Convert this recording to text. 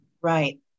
Right